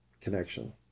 connection